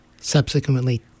subsequently